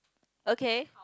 okay